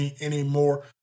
anymore